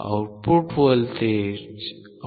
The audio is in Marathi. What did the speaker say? output voltage 2